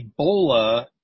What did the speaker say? Ebola